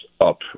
up